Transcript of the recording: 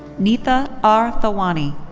neeta r thawani.